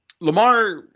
Lamar